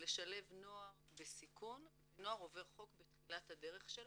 לשלב נוער בסיכון ונוער עובר חוק בתחילת הדרך שלו,